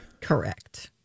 Correct